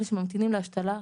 אלה שממתינים להשתלה,